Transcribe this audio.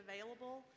available